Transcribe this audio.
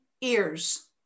ears